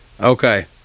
Okay